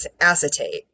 acetate